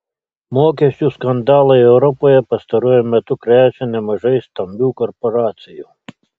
mokesčių skandalai europoje pastaruoju metu krečia nemažai stambių korporacijų